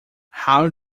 how